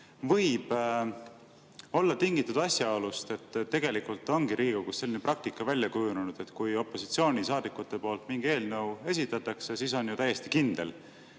võib olla tingitud asjaolust, et tegelikult ongi Riigikogus selline praktika välja kujunenud, et kui opositsioonisaadikud mingi eelnõu esitavad, siis on ju täiesti kindel,